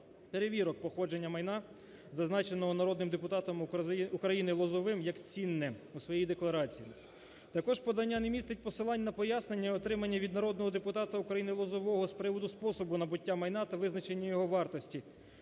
перевірок походження майна, зазначеного народним депутатом України Лозовим як цінне у своїй декларації. Також подання не містить посилань на пояснення отримання від народного депутата України Лозового з приводу способу набуття майна та визначення його вартості.